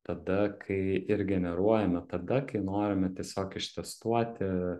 tada kai ir generuojame tada kai norime tiesiog ištestuoti